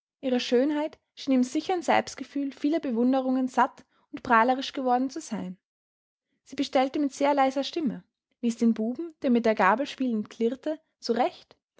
ihre schönheit schien im sichern selbstgefühl vieler bewunderungen satt und prahlerisch geworden zu sein sie bestellte mit sehr leiser stimme wies den buben der mit der gabel spielend klirrte zurecht